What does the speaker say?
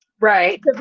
Right